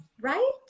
Right